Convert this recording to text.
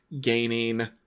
gaining